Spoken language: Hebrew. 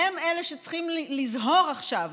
הם אלה שצריכים לזהור עכשיו,